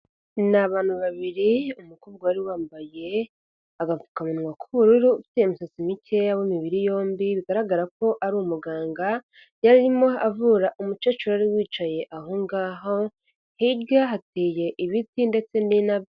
Ni abantu babiri umukobwa wari wambaye agapfukamunwa k'ubururu ufite imisatsi mikeya w'imibiri yombi bigaragara ko ari umuganga, yarimo avura umukecuru wari wicaye ahongaho, hirya hateye ibiti ndetse n'indabyo.